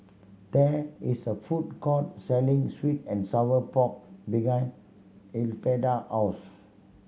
there is a food court selling sweet and sour pork behind Elfreda house